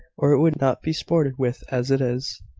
or it would not be sported with as it is.